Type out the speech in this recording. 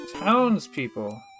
townspeople